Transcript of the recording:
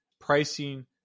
pricing